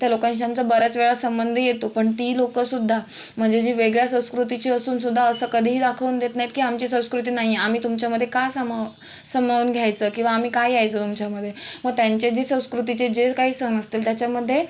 त्या लोकांशी आमचा बऱ्याचवेळा संबंध येतो पण ती लोकंसुद्धा म्हणजे जी वेगळ्या संस्कृतीची असून सुद्धा असं कधीही दाखवून देत नाहीत की आमची संस्कृती नाही आहे आम्ही तुमच्यामध्ये का समाउ सामावून घ्यायचं किंवा आम्ही का यायचं तुमच्यामध्ये मग त्यांचे जे संस्कृतीचे जे काही सण असतील त्याच्यामध्ये